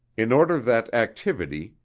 in order that activity,